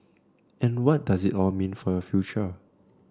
and what does it all mean for your future